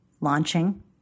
launching